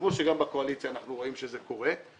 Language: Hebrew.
כמו שגם בקואליציה אנחנו רואים שזה קורה.